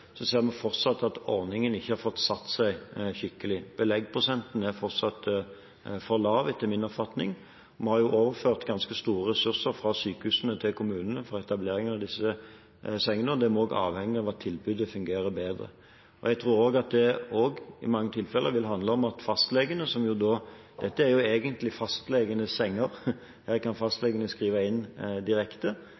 ser vi fortsatt at ordningen ikke har fått satt seg skikkelig. Beleggprosenten er fortsatt for lav, etter min oppfatning. Vi har overført ganske store ressurser fra sykehusene til kommunene for etablering av disse sengene, og vi er avhengig av at tilbudet fungerer bedre. Dette er jo egentlig fastlegenes senger, der fastlegene kan innskrive direkte. Jeg tror at mye vil være avhengig av at fastlegene i en kommune føler trygghet for at dette er et godt tilbud, som de kan